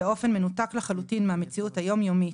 באופן מנותק לחלוטין מהמציאות היום-יומית,